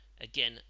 again